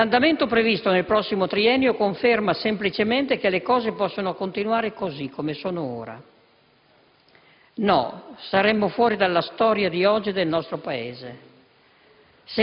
e l'andamento previsto nel prossimo triennio conferma semplicemente che le cose non possono continuare così come sono ora. No: saremmo fuori dalla storia di oggi del nostro Paese.